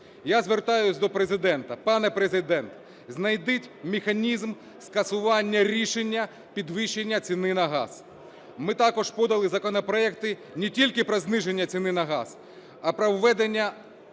Я звертаюсь до Президента. Пане Президент, знайдіть механізм скасування рішення підвищення ціни на газ. Ми також подали законопроекти не тільки про зниження ціни на газ, а про введення